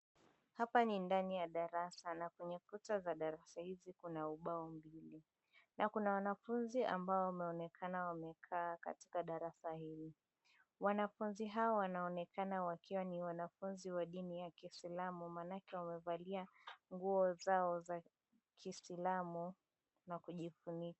Hapa ni ndani ya darasa na kwenye kuta za darasa hizi kuna ubao mbili na kuna wanafunzi ambao wameonekana wamekaa katika darasa hili. Wanafunzi hao wanaonekana wakiwa ni wanafunzi wa dini yake kiislamu, maanake wamevalia nguo zao za kiislamu na kujifunika.